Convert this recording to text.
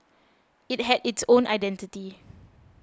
it had its own identity